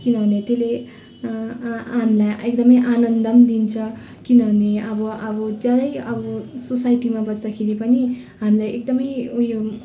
किनभने त्यसले हामीलाई एकदम आनन्द पनि दिन्छ किनभने अब आबो चाहिँ अब सोसाइटीमा बस्दाखेरि पनि हामीलाई एकदमै उयो